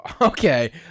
okay